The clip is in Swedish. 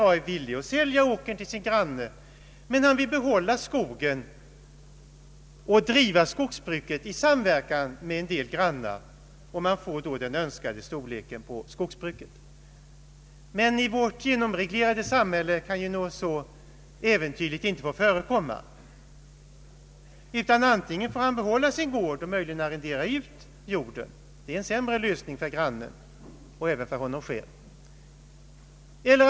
A är villig att sälja åkern till sin granne, men han vill behålla skogen och driva skogsbruket i samverkan med en del grannar, varigenom man skulle få den önskade storleken på skogsbruket. Men i vårt genomreglerade samhälle kan något så äventyrligt inte få förekomma, utan antingen får A behålla sin gård och möjligen arrendera ut jorden — en sämre lösning för grannen och även för honom själv.